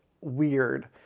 weird